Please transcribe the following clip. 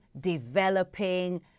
developing